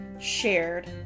shared